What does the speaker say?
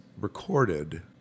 recorded